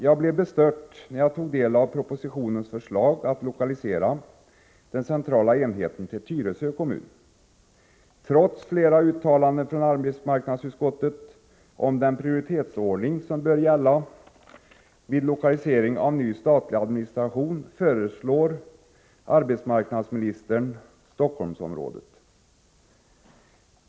Jag blev bestört när jag tog del av propositionens förslag att lokalisera den centrala enheten till Tyresö kommun. Trots flera uttalanden från arbetsmarknadsutskottet om den prioriteringsordning som bör gälla vid lokalisering av ny statlig administration föreslår arbetsmarknadsministern Stockholmsområdet.